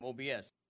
OBS